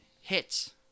hits